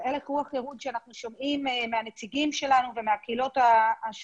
על הלך רוח ירוד שאנחנו שומעים מהנציגים שלנו ומהקהילות השונות